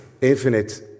infinite